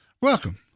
welcome